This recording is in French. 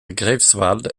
greifswald